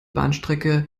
bahnstrecke